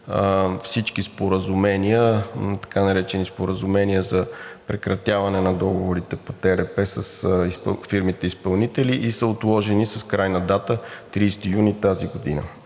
всички споразумения, така наречени споразумения за прекратяване на договорите по ТРП с фирмите изпълнители и са отложени с крайна дата 30 юни 2022 г.